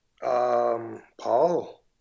Paul